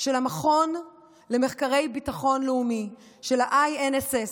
של המכון למחקרי ביטחון לאומי, של ה-INSS,